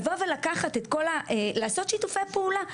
לבוא ולעשות שיתופי פעולה.